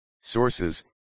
Sources